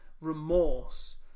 remorse